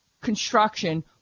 construction